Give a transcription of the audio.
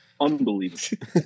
unbelievable